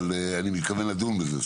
אבל אני מקווה לדון בזה.